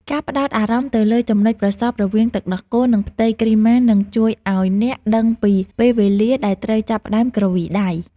ការផ្ដោតអារម្មណ៍ទៅលើចំណុចប្រសព្វរវាងទឹកដោះគោ និងផ្ទៃគ្រីម៉ានឹងជួយឱ្យអ្នកដឹងពីពេលវេលាដែលត្រូវចាប់ផ្តើមគ្រវីដៃ។